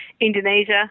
Indonesia